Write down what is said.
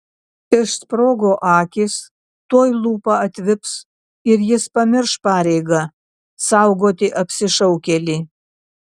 išsprogo akys tuoj lūpa atvips ir jis pamirš pareigą saugoti apsišaukėlį